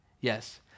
Yes